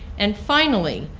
and, finally,